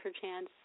perchance